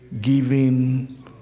Giving